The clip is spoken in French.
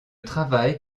travaille